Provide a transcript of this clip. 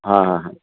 ಹಾಂ ಹಾಂ ಹಾಂ